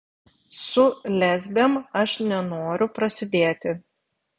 su lesbėm aš nenoriu prasidėti